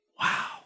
Wow